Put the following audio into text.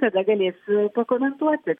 tada galės pakomentuoti